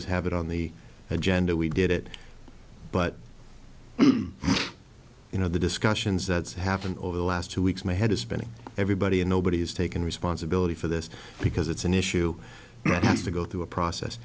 is have it on the agenda we did it but you know the discussions that's happened over the last two weeks my head is spinning everybody and nobody has taken responsibility for this because it's an issue that has to go through a process